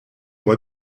moi